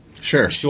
Sure